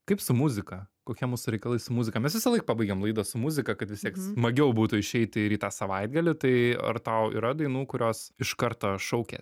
kaip su muzika kokie mūsų reikalai su muzika mes visąlaik pabaigiam laidą su muzika kad vis tiek smagiau būtų išeiti ir į tą savaitgalį tai ar tau yra dainų kurios iš karto šaukia